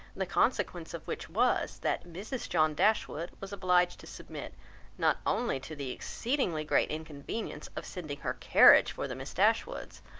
the consequence of which was, that mrs. john dashwood was obliged to submit not only to the exceedingly great inconvenience of sending her carriage for the miss dashwoods,